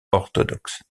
orthodoxe